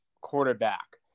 quarterback